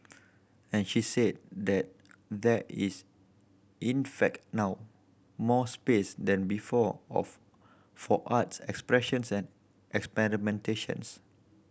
and she said that there is in fact now more space than before of for arts expressions and experimentations